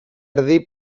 erdi